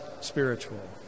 spiritual